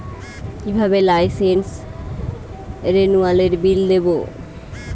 কিভাবে লাইসেন্স রেনুয়ালের বিল দেবো?